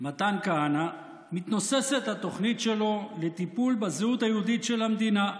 מתן כהנא מתנוססת התוכנית שלו לטיפול בזהות היהודית של המדינה: